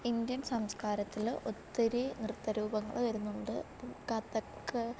Indian സംസ്കാരത്തിൽ ഒത്തിരി നൃത്തരൂപങ്ങൾ വരുന്നുണ്ട് ഇപ്പോൾ കഥക്